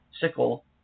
sickle